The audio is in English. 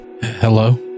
Hello